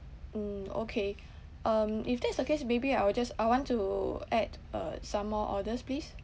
mm okay um if that's the case maybe I will just I want to add uh some more orders please